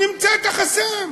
נמצא את החסם.